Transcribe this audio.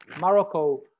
Morocco